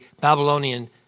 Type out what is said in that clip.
Babylonian